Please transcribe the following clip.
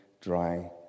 dry